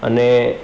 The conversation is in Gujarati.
અને